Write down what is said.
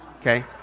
okay